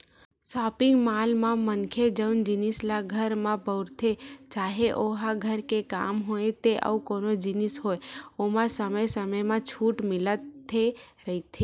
shopping mall म मनखे जउन जिनिस ल घर म बउरथे चाहे ओहा घर के काम होय ते अउ कोनो जिनिस होय ओमा समे समे म छूट मिलते रहिथे